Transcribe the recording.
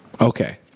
Okay